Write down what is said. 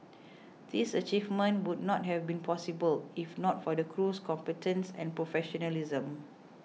these achievements would not have been possible if not for the crew's competence and professionalism